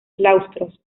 claustros